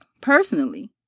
personally